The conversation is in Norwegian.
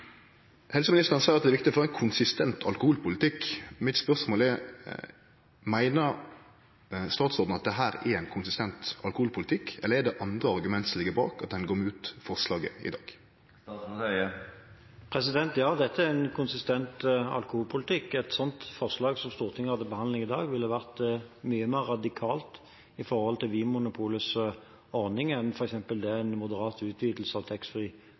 Helseministeren sa at det er viktig å få ein konsistent alkoholpolitikk. Mitt spørsmål er: Meiner statsråden at dette er ein konsistent alkoholpolitikk, eller er det andre argument som ligg bak at ein går imot forslaget i dag? Ja, dette er en konsistent alkoholpolitikk. Et slikt forslag som Stortinget har til behandling i dag, ville vært mye mer radikalt i forhold til Vinmonopolets ordning enn f.eks. det en moderat utvidelse av